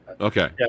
okay